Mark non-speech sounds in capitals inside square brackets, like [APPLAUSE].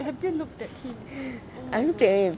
[LAUGHS] I looked at him